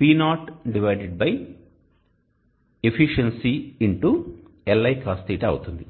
P0 ղ X Licos θ అవుతుంది